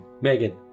Megan